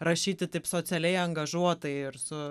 rašyti taip socialiai angažuotai ir su